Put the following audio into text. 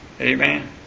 Amen